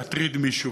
להטריד מישהו.